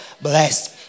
Blessed